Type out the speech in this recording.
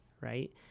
right